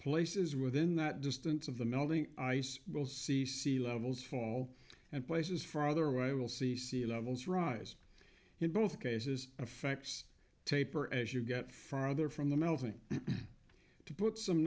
places within that distance of the melting ice will see sea levels fall and places farther away will see sea levels rise in both cases affects taper as you get farther from the melting to put some